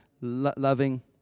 loving